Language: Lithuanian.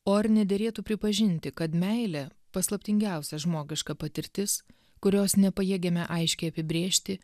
o ar ne derėtų pripažinti kad meilė paslaptingiausia žmogiška patirtis kurios nepajėgiame aiškiai apibrėžti